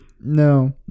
No